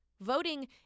Voting